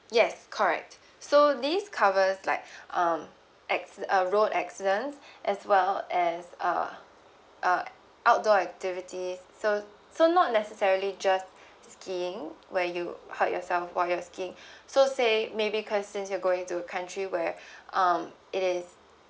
yes correct so this covers like um acci~ um road accidents as well as uh uh outdoor activities so so not necessarily just skiing where you hurt yourself for your skiing so say maybe cause since you're going to country where um it is